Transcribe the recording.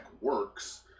works